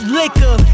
liquor